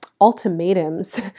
ultimatums